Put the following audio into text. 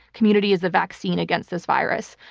community is the vaccine against this virus.